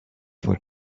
were